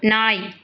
நாய்